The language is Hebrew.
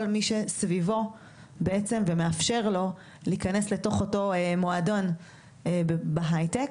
מי שסביבו בעצם ומאפשר לו להיכנס לתוך אותו מועדון בהיי טק.